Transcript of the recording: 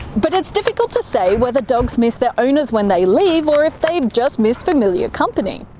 but it's difficult to say whether dogs miss their owners when they leave, or if they just miss familiar company.